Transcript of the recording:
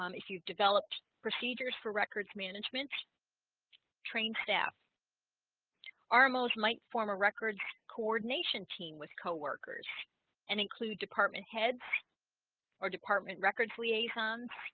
um if you've developed procedures for records management trained staff um rmos might form a record coordination team with coworkers and include department heads or department records liaisons,